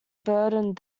bernard